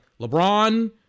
LeBron